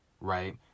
right